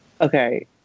Okay